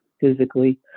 physically